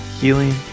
healing